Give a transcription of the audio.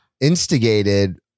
instigated